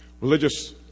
religious